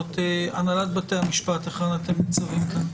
הנהלת בתי המשפט, היכן אתם נמצאים כאן?